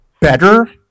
better